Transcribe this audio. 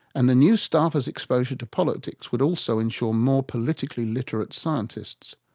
and the new staffers exposure to politics would also ensure more politically literate scientists.